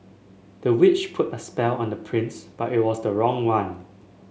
the witch put a spell on the prince but it was the wrong one